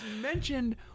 mentioned